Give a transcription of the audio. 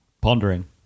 pondering